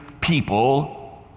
people